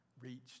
reached